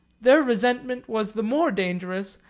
their resentment was the more dangerous,